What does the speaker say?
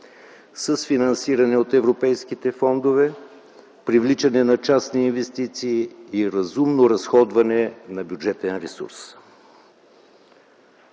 с финансиране от европейските фондове, привличане на частни инвестиции и разумно разходване на бюджетен ресурс,